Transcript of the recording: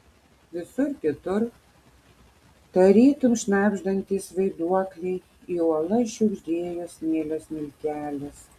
visur kitur tarytum šnabždantys vaiduokliai į uolas šiugždėjo smėlio smiltelės